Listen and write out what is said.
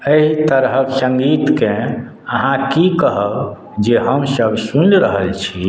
एहि तरहक संगीतके अहाँ की कहब जे हम सब सुनि रहल छी